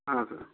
ಹಾಂ ಸರ್